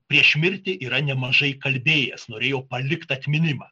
prieš mirtį yra nemažai kalbėjęs norėjo palikt atminimą